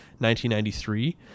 1993